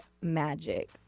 Magic